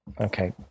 Okay